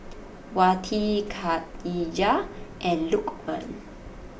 Wati Khadija and Lukman